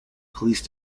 police